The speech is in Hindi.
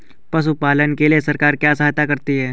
पशु पालन के लिए सरकार क्या सहायता करती है?